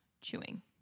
chewing